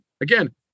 again